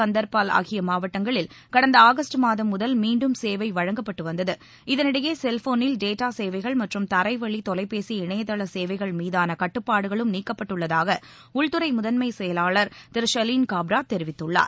கந்தர்பால் ஆகிய மாவட்டங்களில் கடந்த ஆகஸ்ட் மாதம் முதல் மீண்டும் சேவை வழங்கப்பட்டு வந்தது இதனிடையே செல்போனில் பேட்டா சேவைகள் மற்றும் தளரவழி தொலைபேசி இணையதள சேவைகள் மீதான கட்டுப்பாடுகளும் நீக்கப்பட்டுள்ளதாக உள்துறை முதன்மை செயலாளர் திரு ஷலீன் காப்ரா தெரிவித்துள்ளார்